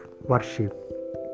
worship